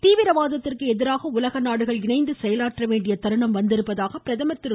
தீவிரவாதத்திற்கு எதிராக உலக நாடுகள் இணைந்து செயலாற்ற வேண்டிய தருணம் வந்திருப்பதாக பிரதமர் திரு